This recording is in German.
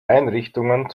einrichtungen